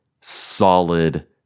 solid